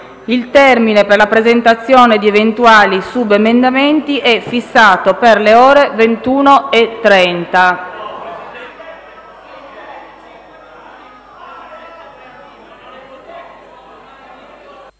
Il termine per la presentazione di eventuali subemendamenti è fissato per le ore 21,30.